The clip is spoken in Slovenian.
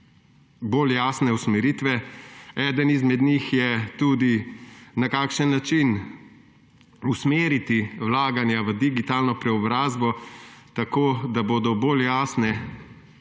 bolj jasne usmeritve. Eden izmed njih je tudi, na kakšen način usmeriti vlaganja v digitalno preobrazbo tako, da bodo bolj jasne